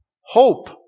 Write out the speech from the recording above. Hope